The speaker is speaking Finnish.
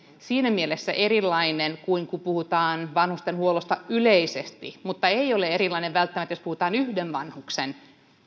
siinä mielessä erilainen kuin silloin kun puhutaan vanhustenhuollosta yleisesti mutta se ei ole erilainen välttämättä jos puhutaan yhden vanhuksen